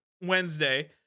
Wednesday